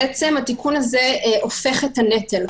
התיקון הזה הופך את הנטל,